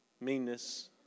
meanness